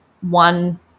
one